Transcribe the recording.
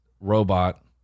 robot